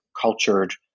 cultured